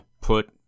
put